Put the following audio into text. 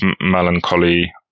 melancholy